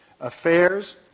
affairs